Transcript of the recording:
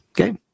Okay